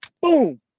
Boom